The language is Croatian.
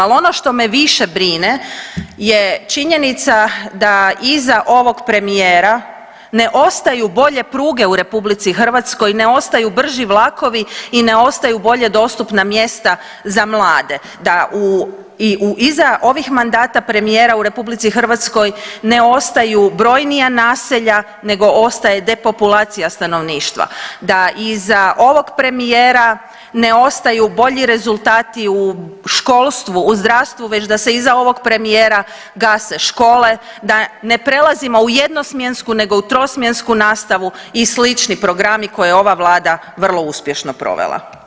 Al ono što me više brine je činjenica da iza ovog premijera ne ostaju bolje pruge u RH, ne ostaju brži vlakovi i ne ostaju bolje dostupna mjesta za mlade da u, i u iza ovih mandata premijera u RH ne ostaju brojnija naselja nego ostaje depopulacija stanovništva, da iza ovog premijera ne ostaju bolji rezultati u školstvu, u zdravstvu, već da se iza ovog premijera gase škole, da ne prelazimo u jednosmjensku nego u trosmjensku nastavu i slični programi koje je ova vlada vrlo uspješno provela.